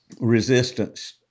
resistance